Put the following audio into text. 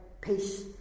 peace